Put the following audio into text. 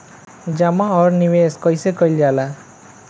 जमा और निवेश कइसे कइल जाला?